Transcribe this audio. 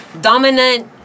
dominant